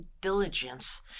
diligence